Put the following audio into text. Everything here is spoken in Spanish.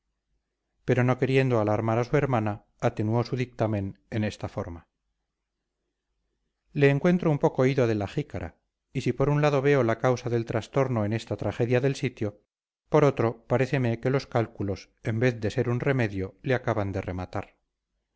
pero no queriendo alarmar a su hermana atenuó su dictamen en esta forma le encuentro un poco ido de la jícara y si por un lado veo la causa del trastorno en esta tragedia del sitio por otro paréceme que los cálculos en vez de ser un remedio le acaban de rematar